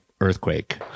earthquake